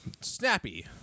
Snappy